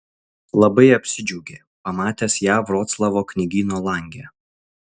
labai apsidžiaugė pamatęs ją vroclavo knygyno lange